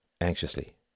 Anxiously